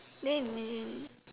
then imagine